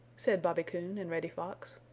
said bobby coon and reddy fox.